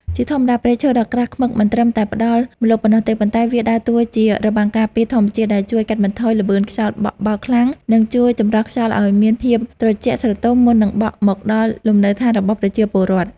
ជាធម្មតា ព្រៃឈើដ៏ក្រាស់ឃ្មឹកមិនត្រឹមតែផ្ដល់ម្លប់ប៉ុណ្ណោះទេ ប៉ុន្តែវាដើរតួជា របាំងការពារធម្មជាតិ ដែលជួយកាត់បន្ថយល្បឿនខ្យល់បក់បោកខ្លាំង និងជួយចម្រោះខ្យល់ឱ្យមានភាពត្រជាក់ស្រទុំមុននឹងបក់មកដល់លំនៅឋានរបស់ប្រជាពលរដ្ឋ។